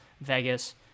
Vegas